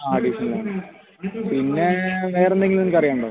ആ അഡിഷണൽ ആണ് പിന്നെ വേറെന്തെങ്കിലും നിങ്ങൾക്കറിയാൻ ഉണ്ടോ